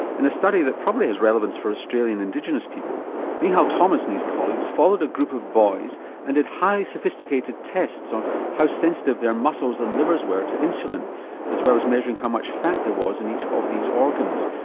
and a study that probably has relevance for australian indigenous people nihal thomas and his colleagues followed a group of boys and did highly sophisticated tests of how sensitive their muscles and livers were to insulin as well as measuring how much fat there was in each of these organs.